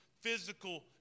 physical